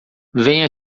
venha